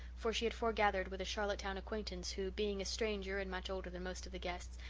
for she had foregathered with a charlottetown acquaintance who, being a stranger and much older than most of the guests,